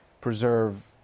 preserve